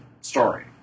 story